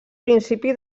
principi